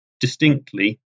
distinctly